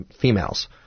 females